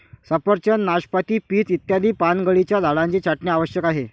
सफरचंद, नाशपाती, पीच इत्यादी पानगळीच्या झाडांची छाटणी आवश्यक आहे